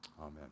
Amen